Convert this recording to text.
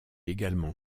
également